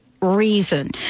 Reason